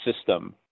system